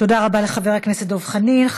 תודה רבה לחבר הכנסת דב חנין.